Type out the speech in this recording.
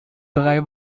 drei